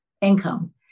income